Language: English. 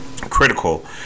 critical